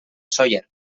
sóller